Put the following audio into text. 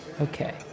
Okay